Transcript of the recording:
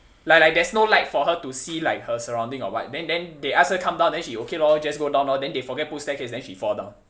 like like there's no light for her to see like her surrounding or what then then they ask her come down then she okay lor just go down orh then they forget put staircase then she fall down